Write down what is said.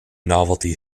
novelty